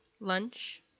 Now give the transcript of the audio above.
Lunch